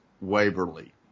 Waverly